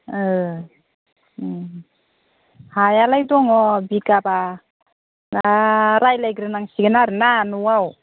औ हायालाय दङ बिगाबा दा रायज्लायग्रोनांसिगोन आरोना न'आव